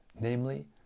namely